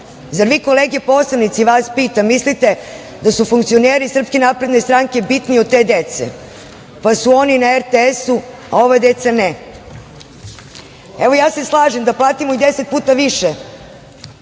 Zar vi kolege poslanici, vas pitam, mislite, da su funkcioneri SNS bitniji od te dece, pa su oni na RTS-u, a ova deca ne. Evo, ja se slažem da platimo i deset puta više